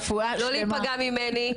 לא להיפגע ממני.